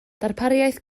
darpariaeth